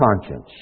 conscience